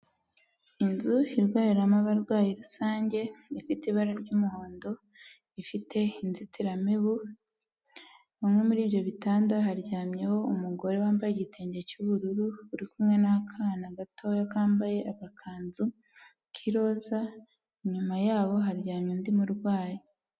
Inzu irwariramo abarwayi rusange, ifite ibara ry'umuhondo, ifite inzitiramibu, bimwe muri ibyo bitanda haryamyeho umugore wambaye igitenge cy'ubururu uri kumwe n'akana gatoya kambaye agakanzu k'iroza, inyuma yabo haryamye undi murwayi.